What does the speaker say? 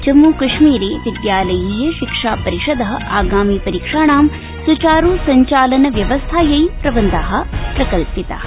जम्मू कश्मीरे विद्यालयीय शिक्षा परिषद आगामि परीक्षाणां सुचारु संचालन व्यवस्थायै प्रबन्धा प्रकल्पिता